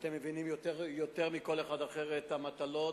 אתם מבינים יותר מכל אחד אחר את המטלות